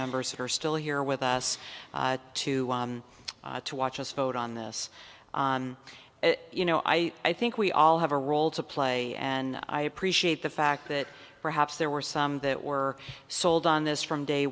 members who are still here with us to to watch us vote on this on you know i i think we all have a role to play and i appreciate the fact that perhaps there were some that were sold on this from day